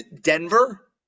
denver